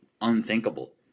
unthinkable